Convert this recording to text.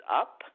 up